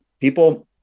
people